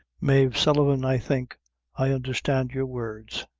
mave sullivan, i think i understand your words,